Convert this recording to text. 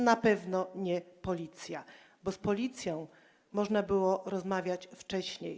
Na pewno nie Policja, bo z Policją można było rozmawiać wcześniej.